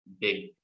big